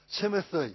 Timothy